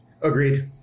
agreed